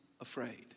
afraid